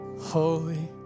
holy